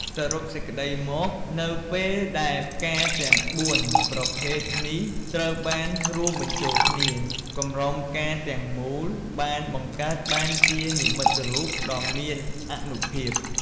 សរុបសេចក្តីមក នៅពេលដែលផ្កាទាំងបួនប្រភេទនេះត្រូវបានរួមបញ្ចូលគ្នា កម្រងផ្កាទាំងមូលបានបង្កើតបានជានិមិត្តរូបដ៏មានអានុភាព។